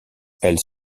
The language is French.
elles